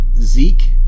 Zeke